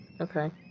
Okay